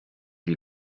die